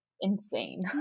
insane